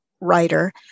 writer